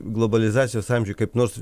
globalizacijos amžiuj kaip nors